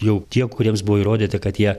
jau tie kuriems buvo įrodyta kad jie